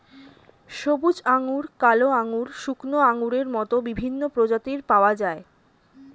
সবুজ আঙ্গুর, কালো আঙ্গুর, শুকনো আঙ্গুরের মত বিভিন্ন প্রজাতির পাওয়া যায়